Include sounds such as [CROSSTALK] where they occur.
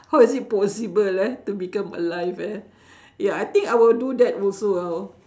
how is it possible ah to become alive ah [BREATH] ya I think I will do that also I'll